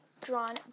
drawn